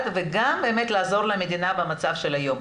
וגם באמת לעזור למדינה במצב של היום.